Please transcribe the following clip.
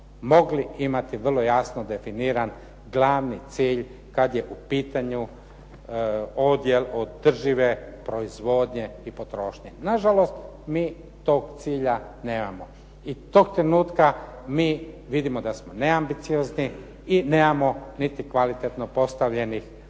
mogli imati vrlo jasno definiran glavni cilj kad je u pitanju odjel održive proizvodnje i potrošnje. Na žalost mi tog cilja nemamo. I tog trenutka mi vidimo da smo neambiciozni i nemamo niti kvalitetno postavljenih